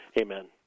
Amen